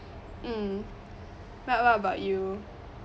mm what what about you